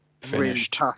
finished